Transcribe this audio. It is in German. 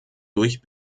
durch